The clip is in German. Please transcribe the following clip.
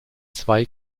zwei